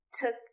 Took